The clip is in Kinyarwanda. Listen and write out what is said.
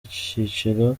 icyiciro